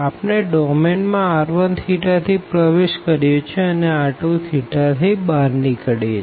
આપણે ડોમેન માં r1θ થી પ્રવેશ કરીએ છે અને r2θ થી બહાર નીકરિયે છે